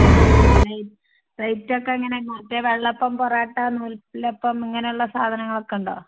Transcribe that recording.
ആ റേ റേറ്റൊക്കെ എങ്ങനെയാണ് മറ്റേ വെള്ളപ്പം പൊറോട്ട നൂലപ്പം അങ്ങനെയുള്ള സാധനങ്ങളൊക്കെയുണ്ടോ